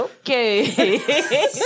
Okay